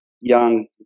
young